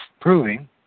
proving